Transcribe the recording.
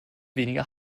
weniger